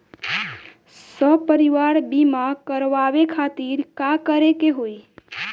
सपरिवार बीमा करवावे खातिर का करे के होई?